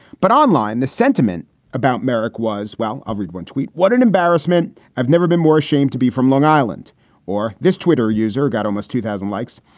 but online, the sentiment about merrick was, well, i've read one tweet. what an embarrassment. i've never been more ashamed to be from long island or this twitter user got almost two thousand likes.